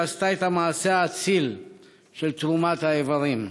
שעשתה את המעשה האציל של תרומת האיברים.